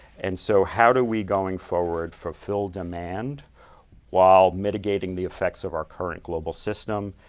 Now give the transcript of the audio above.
and so how do we going forward fulfill demand while mitigating the effects of our current global system?